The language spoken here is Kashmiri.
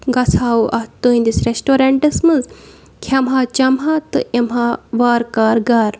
گژھہاو اَتھ تُہٕنٛدِس ریسٹورنٛٹَس منٛز کھٮ۪مہٕ ہا چٮ۪مہٕ ہا تہٕ اِمہٕ ہا وارٕ کارٕ گَرٕ